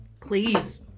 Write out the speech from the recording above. Please